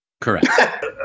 Correct